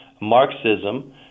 Marxism